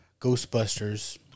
Ghostbusters